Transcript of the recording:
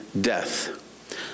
death